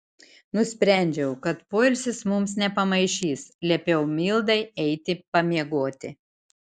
nusprendžiau kad poilsis mums nepamaišys liepiau mildai eiti pamiegoti